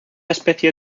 especie